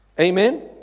Amen